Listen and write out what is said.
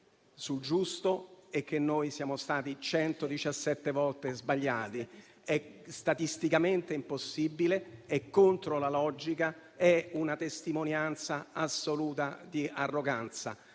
nel giusto e che noi siamo stati 117 volte sbagliati. È statisticamente impossibile e contro la logica; è una testimonianza assoluta di arroganza.